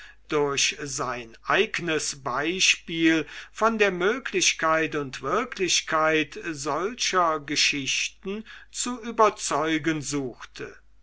durch sein eignes beispiel von der möglichkeit und wirklichkeit solcher geschichten zu überzeugen suchte